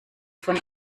von